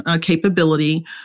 capability